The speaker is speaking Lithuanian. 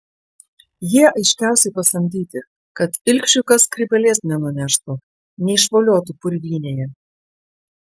jie aiškiausiai pasamdyti kad ilgšiui kas skrybėlės nenuneštų neišvoliotų purvynėje